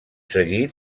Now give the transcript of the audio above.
seguit